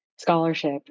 scholarship